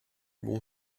bon